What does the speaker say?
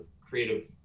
creative